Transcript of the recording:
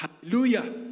Hallelujah